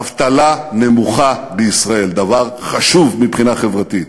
אבטלה נמוכה בישראל, דבר חשוב מבחינה חברתית.